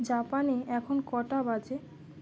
জাপানে এখন কটা বাজে